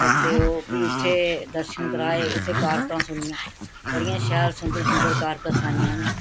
आं ते ओह् फ्ही उत्थें दर्शन कराए उत्थें कारकां सुनियां बड़ियां शैल सुंदर सुंदर कारकां सनाइयां उनें